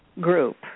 Group